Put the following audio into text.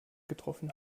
getroffen